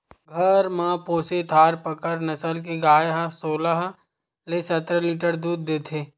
घर म पोसे थारपकर नसल के गाय ह सोलह ले सतरा लीटर दूद देथे